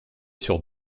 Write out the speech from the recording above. sur